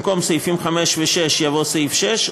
במקום "סעיפים 5 ו-6" יבוא "סעיף 6",